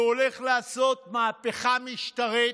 שהולך לעשות מהפכה משטרית.